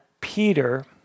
Peter